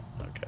Okay